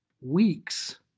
weeks